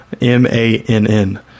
M-A-N-N